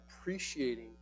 appreciating